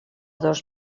dos